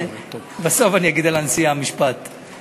בסוף אני אגיד על הנשיאה משפט,